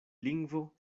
lingvo